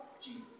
Jesus